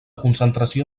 concentració